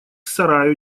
сараю